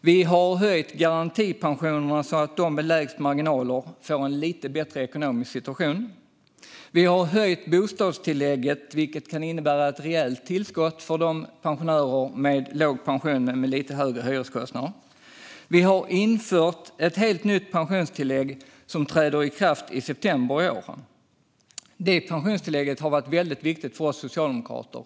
Vi har höjt garantipensionerna så att de med lägst marginaler får en lite bättre ekonomisk situation. Vi har höjt bostadstillägget, vilket kan innebära ett rejält tillskott för pensionärer med låga pensioner men med högre hyreskostnader. Vi har infört ett helt nytt pensionstillägg som träder i kraft i september i år. Det pensionstillägget har varit viktigt för oss socialdemokrater.